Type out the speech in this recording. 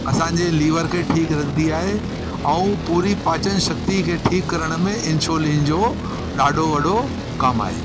असांजे लीवर खे ठीकु रखंदी आहे ऐं पूरी पाचन शक्ती खे ठीकु करण में इंसोलिन जो ॾाढो वॾो कम आहे